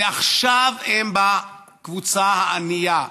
ועכשיו הם בקבוצה הענייה.